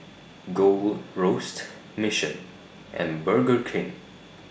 Gold Roast Mission and Burger King